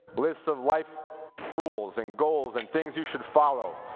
lists of life rules and goals and things you should follow.